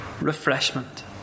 refreshment